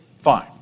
fine